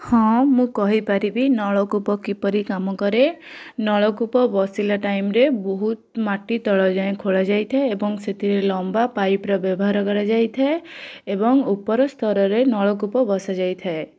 ହଁ ମୁଁ କହିପାରିବି ନଳକୂପ କିପରି କାମ କରେ ନଳକୂପ ବସିଲା ଟାଇମ୍ରେ ବହୁତ ମାଟିତଳ ଯାଏଁ ଖୋଳା ଯାଇଥାଏ ଏବଂ ସେଥିରେ ଲମ୍ବା ପାଇପ୍ର ବ୍ୟବହାର କରାଯାଇଥାଏ ଏବଂ ଉପର ସ୍ତରରେ ନଳକୂପ ବସାଯାଇଥାଏ